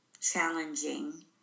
challenging